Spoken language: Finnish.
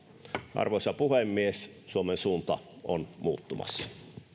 arvoisa puhemies suomen suunta on muuttumassa